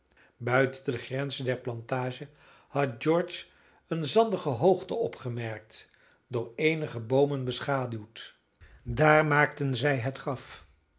buiten de grenzen der plantage had george een zandige hoogte opgemerkt door eenige boomen beschaduwd daar maakten zij het graf